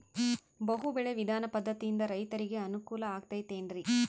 ಬಹು ಬೆಳೆ ವಿಧಾನ ಪದ್ಧತಿಯಿಂದ ರೈತರಿಗೆ ಅನುಕೂಲ ಆಗತೈತೇನ್ರಿ?